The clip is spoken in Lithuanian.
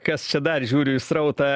kas čia dar žiūriu į srautą